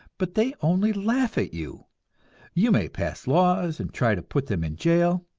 but they only laugh at you you may pass laws, and try to put them in jail,